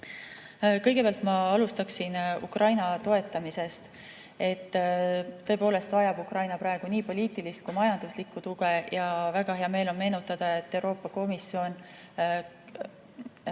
Kõigepealt ma alustaksin Ukraina toetamisest. Tõepoolest vajab Ukraina praegu nii poliitilist kui majanduslikku tuge. Väga hea meel on meenutada, et Euroopa Komisjon